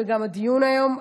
וגם הדיון היום,